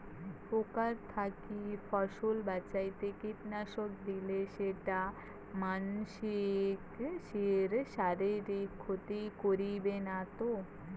পোকার থাকি ফসল বাঁচাইতে কীটনাশক দিলে সেইটা মানসির শারীরিক ক্ষতি করিবে না তো?